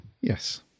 Yes